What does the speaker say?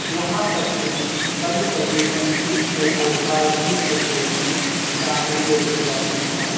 یہاں تک کہ کبھی کبھی سنسکرت کے الفاظ بھی اردو میں شامل دیکھے جاتے ہیں